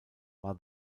war